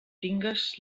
tingues